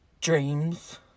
dreams